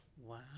Wow